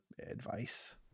advice